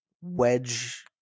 wedge